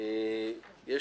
מ/1280.